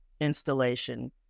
installation